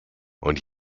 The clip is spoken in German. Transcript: und